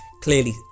clearly